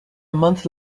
month